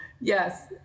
yes